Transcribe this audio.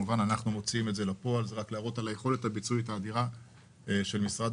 זה רק להראות על היכולת הביצועית האדירה של משרד